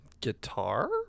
Guitar